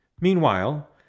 Meanwhile